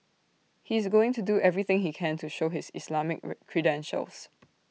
he is going to do everything he can to show his Islamic credentials